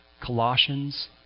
Colossians